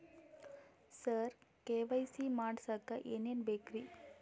ಸರ KYC ಮಾಡಸಕ್ಕ ಎನೆನ ಬೇಕ್ರಿ?